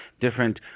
Different